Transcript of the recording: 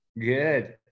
good